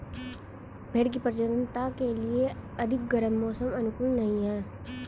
भेंड़ की प्रजननता के लिए अधिक गर्म मौसम अनुकूल नहीं है